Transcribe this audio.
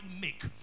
make